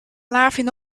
laughing